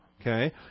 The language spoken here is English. okay